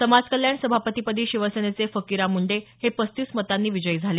समाज कल्याण सभापतीपदी शिवसेनेचे फकीरा मुंडे हे पस्तीस मतांनी विजयी झाले